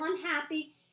unhappy